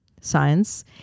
science